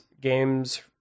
games